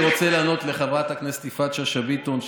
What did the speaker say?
אני רוצה לענות לחברת הכנסת יפעת שאשא ביטון,